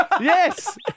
Yes